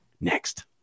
next